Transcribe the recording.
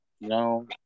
No